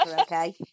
okay